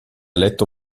letto